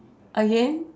again